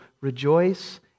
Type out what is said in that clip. rejoice